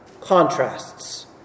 contrasts